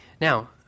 Now